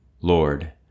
Lord